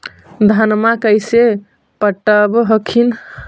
धन्मा कैसे पटब हखिन?